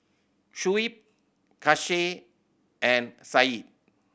Shuib Kasih and Said